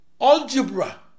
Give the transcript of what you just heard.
Algebra